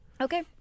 Okay